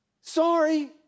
Sorry